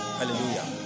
Hallelujah